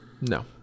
No